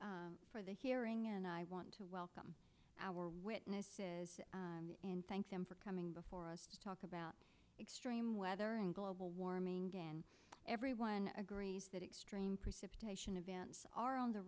you for the hearing and i want to welcome our witnesses in thank them for coming before us to talk about extreme weather in global warming dan everyone agrees that extreme precipitation events are on the